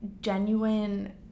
genuine